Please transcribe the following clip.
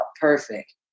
perfect